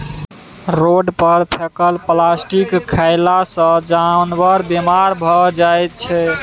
road पर फेकल plastic खएला सँ जानबर बेमार भए जाइ छै